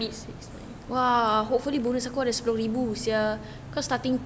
!wah! hopefully bonus aku ada sepuluh ribu sia cause starting pay